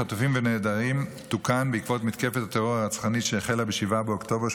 חטופים ונעדרים תוקן בעקבות מתקפת הטרור הרצחני שהחלה ב-7 באוקטובר,